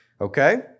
Okay